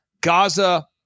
Gaza